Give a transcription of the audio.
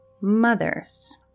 mothers